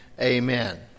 Amen